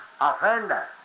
offender